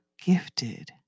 gifted